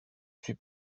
suis